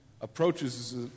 approaches